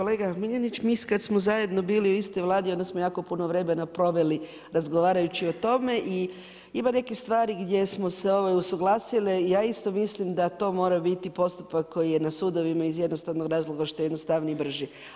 Kolega Miljenić, mi kada smo zajedno bili u istoj vladi onda smo jako puno vremena proveli razgovarajući o tome i ima nekih stvari gdje smo se usuglasili i ja isto mislim da to mora biti postupak koji je na sudovima iz jednostavnog razloga što je jednostavniji i brži.